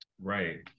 right